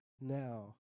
now